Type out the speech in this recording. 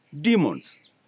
demons